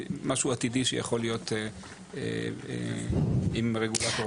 משהו עתידי שיכול להיות עם רגולטור אחר.